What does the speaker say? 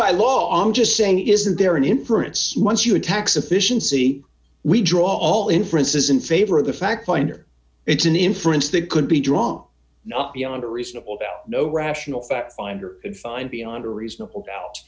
by law i'm just saying isn't there an inference munce you attack sufficiency we draw all inferences in favor of the fact finder it's an inference that could be drawn not beyond a reasonable doubt no rational factfinder would find beyond a reasonable doubt